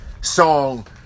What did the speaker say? song